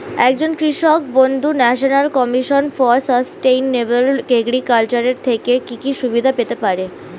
একজন কৃষক বন্ধু national commission for sustainable agriculture এর থেকে কি কি সুবিধা পেতে পারে?